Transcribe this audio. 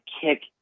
kick